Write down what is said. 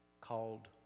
called